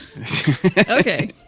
Okay